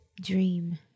dream